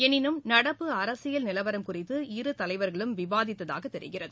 எனினும் நடப்பு அரசியல் நிலவரம் குறித்து இரு தலைவர்களும் விவாதித்ததாக தெரிகிறது